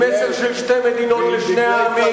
עם מסר של שתי מדינות לשני עמים,